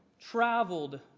traveled